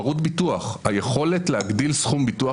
ברות ביטוח היכולת להגדיל סכום ביטוח